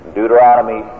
Deuteronomy